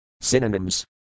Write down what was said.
Synonyms